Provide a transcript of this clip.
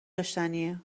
داشتنیه